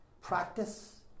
practice